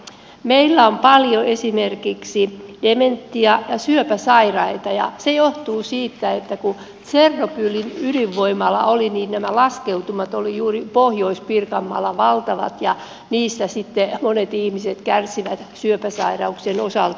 meillä on paljon esimerkiksi dementia ja syöpäsairaita ja se johtuu siitä että kun tsernobylin ydinvoimala oli niin nämä laskeutumat olivat juuri pohjois pirkanmaalla valtavat ja niistä sitten monet ihmiset kärsivät syöpäsairauksien osalta